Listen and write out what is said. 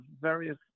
various